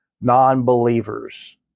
non-believers